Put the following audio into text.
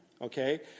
Okay